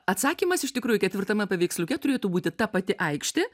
atsakymas iš tikrųjų ketvirtame paveiksliuke turėtų būti ta pati aikštė